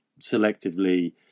selectively